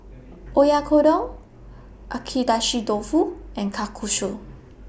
Oyakodon Agedashi Dofu and Kalguksu